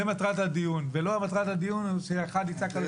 זו מטרת הדיון והמטרה היא לא שאחד יצעק על השני.